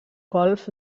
golf